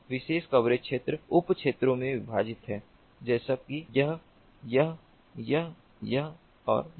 तो यह विशेष कवरेज क्षेत्र उप क्षेत्रों में विभाजित है जैसे कि यह यह यह यह और यह